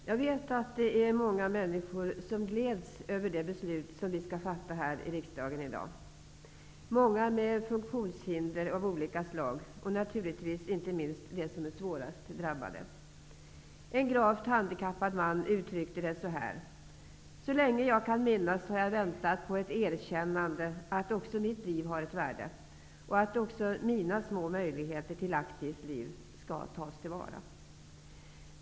Herr talman! Jag vet att det är många människor som gläds över det beslut som vi skall fatta här i riksdagen i dag. Det gäller många människor med funktionshinder av olika slag och naturligtvis inte minst de som är svårast drabbade. En gravt handikappad man uttryckte det så här: ''Så länge jag kan minnas har jag väntat på ett erkännande att också mitt liv har ett värde och att också mina små möjligheter till aktivt liv skall tas till vara.''